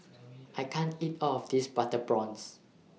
I can't eat All of This Butter Prawns